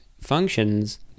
functions